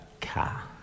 car